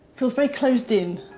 feels very closed in.